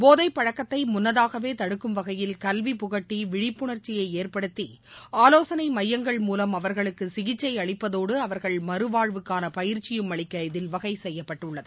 போதைபழக்கத்தைமுன்னதாகவேதடுக்கும்வகையில் கல்வி புகட்டிவிழிப்புணா்ச்சியைஏற்படுத்திஆலோசனைமையங்கள் அவர்களுக்குசிகிச்சைஅளிப்பதுடன் மூலம் அவர்கள் மறுவாழ்வுக்கானபயிற்சியும் அளிக்க இதில் வகைசெய்யப்பட்டுள்ளது